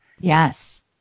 Yes